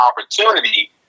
opportunity